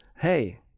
hey